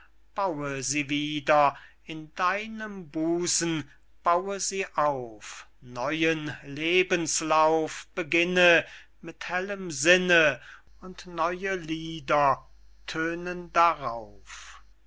baue sie wieder in deinem busen baue sie auf neuen lebenslauf beginne mit hellem sinne und neue lieder tönen darauf